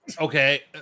Okay